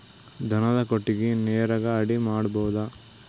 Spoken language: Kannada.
ದನದ ಕೊಟ್ಟಿಗಿ ನರೆಗಾ ಅಡಿ ಮಾಡಬಹುದಾ?